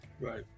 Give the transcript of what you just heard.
right